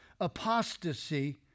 apostasy